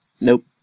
Nope